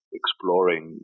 exploring